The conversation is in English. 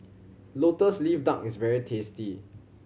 Lotus Leaf Duck is very tasty